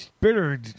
bitter